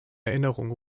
erinnerung